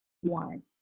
one